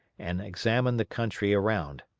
and examine the country around.